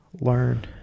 learn